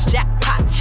Jackpot